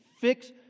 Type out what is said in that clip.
fix